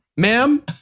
Ma'am